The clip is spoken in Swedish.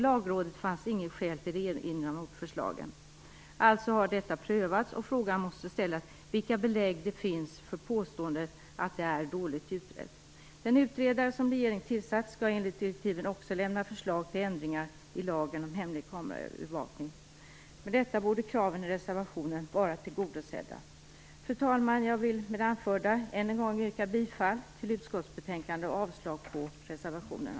Lagrådet fann inget skäl till erinran mot förslagen. Alltså har detta prövats, och frågan måste ställas vilka belägg det finns för påståendet att detta är dåligt utrett. Den utredare som regeringen tillsatt skall enligt direktiven också lämna förslag till ändringar i lagen om hemlig kameraövervakning. Med detta borde kraven i reservationen vara tillgodosedda. Fru talman! Jag vill med det anförda än en gång yrka bifall till utskottets hemställan i betänkandet och avslag på reservationerna.